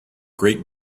great